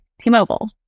T-Mobile